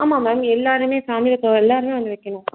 ஆமாம் மேம் எல்லாருமே ஃபேமிலியில இருக்க எல்லாருமே வந்து வைக்கணும்